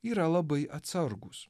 yra labai atsargūs